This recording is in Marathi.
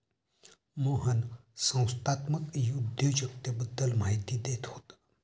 मोहन संस्थात्मक उद्योजकतेबद्दल माहिती देत होता